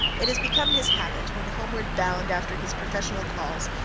it has become his habit, when homeward bound after his professional calls,